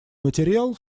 материал